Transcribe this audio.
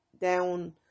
down